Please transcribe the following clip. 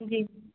जी